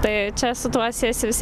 tai čia su tuo siejasi visi